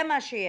זה מה שיש.